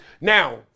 Now